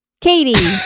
Katie